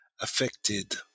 affected